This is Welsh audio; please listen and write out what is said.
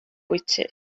bwyty